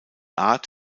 art